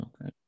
Okay